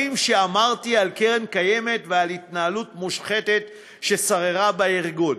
שאמרתי על קרן קיימת ועל התנהלות מושחתת ששררה בארגון.